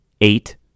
Eight